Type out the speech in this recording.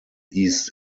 east